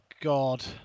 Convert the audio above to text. God